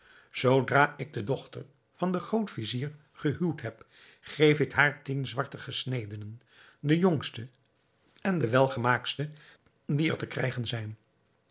zoodra ik de dochter van den groot-vizier gehuwd heb geef ik haar tien zwarte gesnedenen de jongste en welgemaaktste die er te krijgen zijn